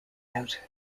out